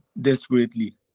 desperately